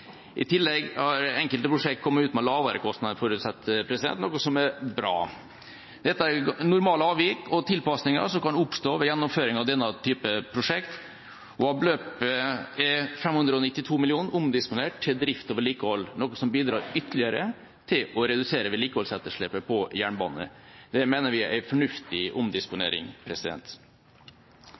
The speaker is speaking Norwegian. I tillegg har enkelte prosjekt kommet ut med lavere kostnad enn forutsatt, noe som er bra. Dette er normale avvik og tilpasninger som kan oppstå ved gjennomføring av denne typen prosjekt. Av beløpet er 592 mill. kr omdisponert til drift og vedlikehold, noe som bidrar ytterligere til å redusere vedlikeholdsetterslepet på jernbane. Det mener vi er en fornuftig omdisponering.